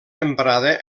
emprada